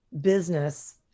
business